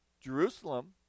Jerusalem